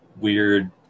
weird